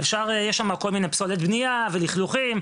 יש שמה כל מיני פסולת בנייה ולכלוכים,